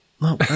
No